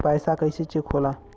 पैसा कइसे चेक होला?